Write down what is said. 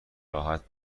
راحت